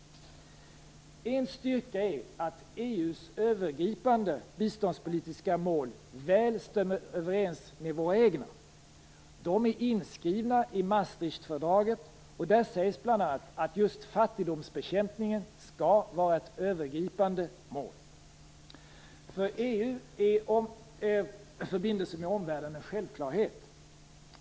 En styrka är att EU:s övergripande biståndspolitiska mål väl stämmer överens med våra egna. De är inskrivna i Maastrichtfördraget, där det bl.a. sägs att just fattigdomsbekämpningen skall vara ett övergripande mål. För EU är vår förbindelse med omvärlden en självklarhet.